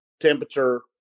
temperature